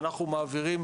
ואנחנו מעבירים